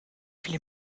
viele